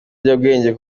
ibiyobyabwenge